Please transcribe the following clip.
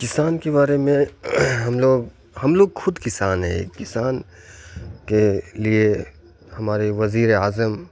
کسان کے بارے میں ہم لوگ ہم لوگ خود کسان ہیں کسان کے لیے ہمارے وزیر اعظم